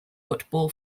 football